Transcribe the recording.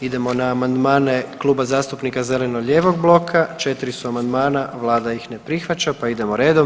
Idemo na amandmane Kluba zastupnika zeleno-lijevog bloka, 4 su amandmana, vlada ih ne prihvaća, pa idemo redom.